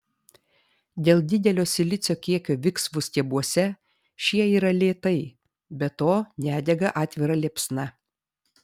dėl didelio silicio kiekio viksvų stiebuose šie yra lėtai be to nedega atvira liepsna